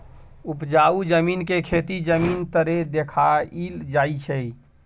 उपजाउ जमीन के खेती जमीन तरे देखाइल जाइ छइ